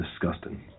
Disgusting